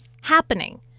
happening